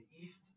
East